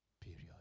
period